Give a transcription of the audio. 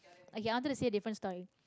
okay I wanted to say different story